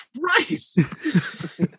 Christ